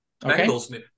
Bengals